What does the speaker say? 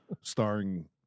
starring